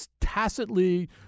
tacitly